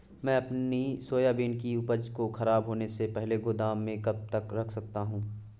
मैं अपनी सोयाबीन की उपज को ख़राब होने से पहले गोदाम में कब तक रख सकता हूँ?